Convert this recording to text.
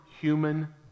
human